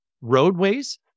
roadways